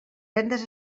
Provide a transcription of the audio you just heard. vendes